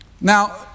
Now